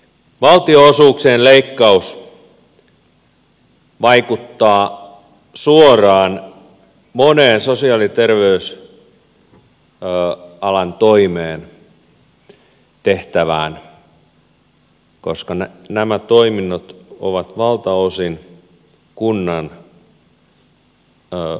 valtionosuuksien leikkaus vaikuttaa suoraan moneen sosiaali ja terveysalan toimeen tehtävään koska nämä toiminnot ovat valtaosin kunnan vastuulla